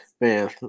Man